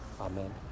Amen